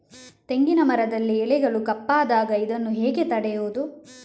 ತೆಂಗಿನ ಮರದಲ್ಲಿ ಎಲೆಗಳು ಕಪ್ಪಾದಾಗ ಇದನ್ನು ಹೇಗೆ ತಡೆಯುವುದು?